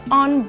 on